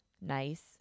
nice